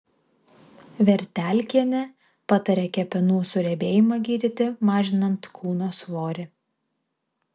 vertelkienė patarė kepenų suriebėjimą gydyti mažinant kūno svorį